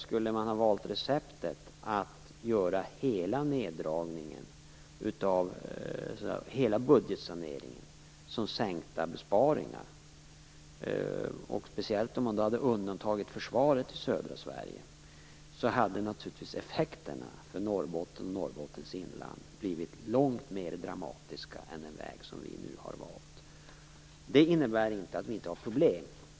Skulle man ha valt receptet att göra hela neddragningen och hela budgetsaneringen som sänkta besparingar - speciellt om man hade undantaget försvaret i södra Sverige - hade naturligtvis effekterna för Norrbotten och Norrbottens inland blivit långt mer dramatiska än med den väg som regeringen nu har valt. Det innebär inte att vi inte har problem.